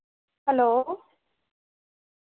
hello